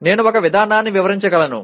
నేను ఒక విధానాన్ని వివరించగలను